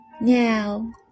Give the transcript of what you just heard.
Now